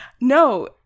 No